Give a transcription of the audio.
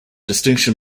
distinction